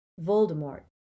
Voldemort